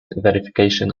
verification